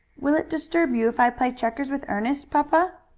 will it disturb you if i play checkers with ernest, papa?